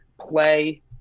play